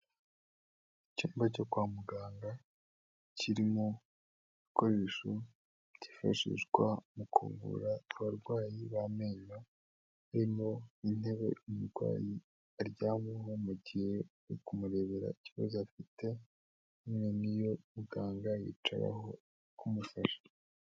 icyumba cyo kwa muganga kirimo ibikoresho byifashishwa mu kuvura abarwayi b'amenyo, harimo intebe umurwayi aryamaho mu gihe cyo kumurebera ikibazo afite, niyo muganga yicaraho ari kumufasha.